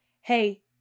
hey